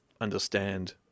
understand